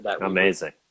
Amazing